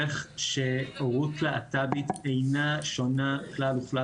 מתמשך שהורות להט"בית אינה שונה כלל וכלל